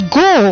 go